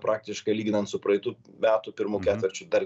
praktiškai lyginant su praeitų metų pirmu ketvirčiu dar